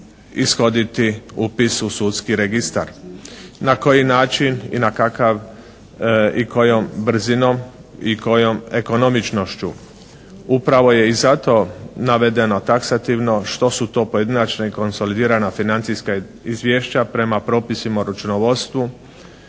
ishoditi upis u sudski registar na koji način i kakav i kojom brzinom i kojom ekonomičnošću. Upravo je i zato navedeno taksativno što su to pojedinačna konsolidirana financijska izvješća prema propisima u računovodstvu.